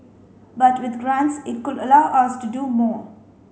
but with grants it could allow us to do more